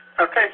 Okay